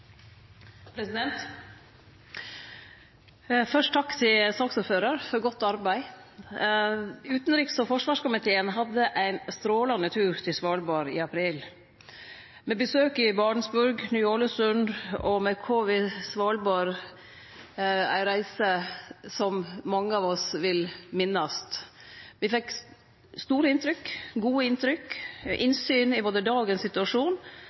godt arbeid. Utanriks- og forsvarskomiteen hadde ein strålande tur til Svalbard i april, med besøk i Barentsburg og Ny Ålesund og ei reise med KV «Svalbard» som mange av oss vil minnast. Me fekk store inntrykk, gode inntrykk, og innsyn både